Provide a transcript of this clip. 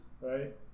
right